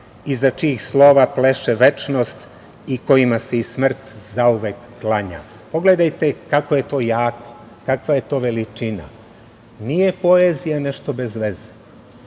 iza čijih slova pleše večnost i kojima se i smrt zauvek klanja. Pogledajte kako je to jako, kakva je to veličina. Nije poezija nešto bez veze.